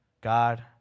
God